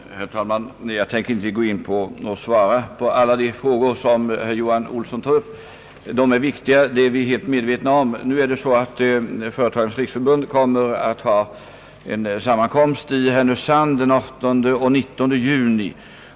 Herr talman! Jag tänker inte gå in på att svara på alla de frågor som herr Johan Olssen tog upp. De är viktiga, det är vi helt medvetna om. Företagareföreningarnas förbund kommer att ha en sammankomst i Härnösand den 18 och 19 juni.